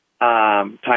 type